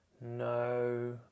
No